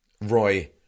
Roy